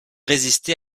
résister